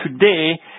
today